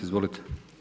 Izvolite.